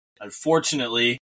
Unfortunately